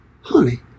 Honey